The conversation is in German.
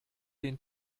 den